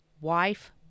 wife